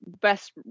best